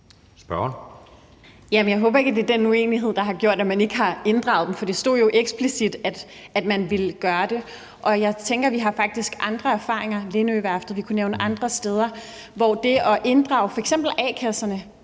Jeg håber ikke, at det er den uenighed, der har gjort, at man ikke har inddraget dem, for der stod jo eksplicit, at man ville gøre det. Og jeg tænker, at vi faktisk har andre erfaringer, f.eks. Lindøværftet, og vi kunne nævne andre steder, hvor det at inddrage f.eks. a-kasserne